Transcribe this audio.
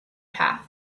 path